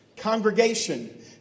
Congregation